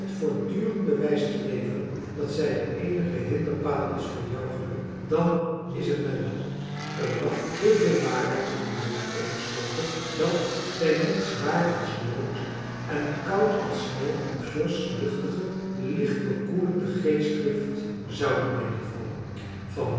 voortdurend bewijs te leveren dat zij de eenige hinderpaal is voor jou geluk dan is t mij wel er lag te veel waarheid in die woorden opgesloten dat zij niet zwaar als lood en koud als sneeuw op george's luchtige lichtbekoelende geestdrift zouden neder vallen van